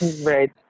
Right